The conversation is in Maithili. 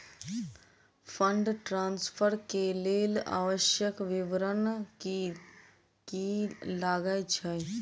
फंड ट्रान्सफर केँ लेल आवश्यक विवरण की की लागै छै?